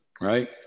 right